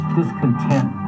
discontent